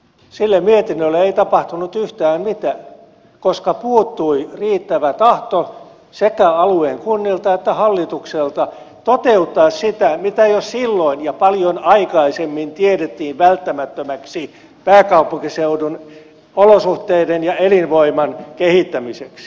sille mietinnölle ei tapahtunut yhtään mitään koska puuttui riittävä tahto sekä alueen kunnilta että hallitukselta toteuttaa sitä mitä jo silloin ja paljon aikaisemmin tiedettiin välttämättömäksi pääkaupunkiseudun olosuhteiden ja elinvoiman kehittämiseksi